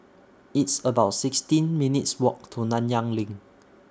It's about sixteen minutes' Walk to Nanyang LINK